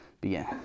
Begin